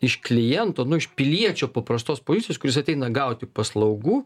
iš kliento nu iš piliečio paprastos pozicijos kuris ateina gauti paslaugų